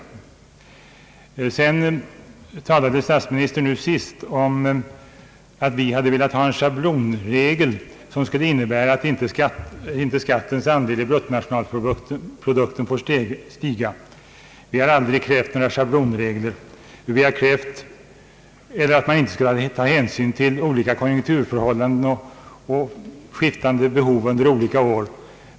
Statsministern nämnde i sitt senaste anförande att vi hade velat ha en schablonregel som innebar att skattens andel av bruttonationalprodukten inte fick stiga. Vi har aldrig krävt några schablonregler eller att man inte skall ta hänsyn till olika konjunkturförhållanden och skiftande behov från år till år.